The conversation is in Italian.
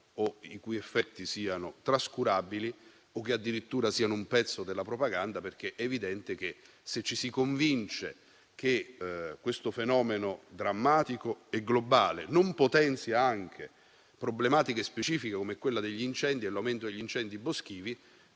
i loro effetti siano trascurabili o che addirittura siano un pezzo della propaganda, perché è evidente che, se ci si convince che questo fenomeno drammatico e globale non potenzia anche problematiche specifiche, come l'aumento degli incendi boschivi,